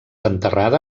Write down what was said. enterrada